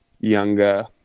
younger